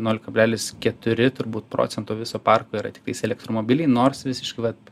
nol kablelis keturi turbūt procento viso parko yra tiktais elektromobiliai nors visiškai vat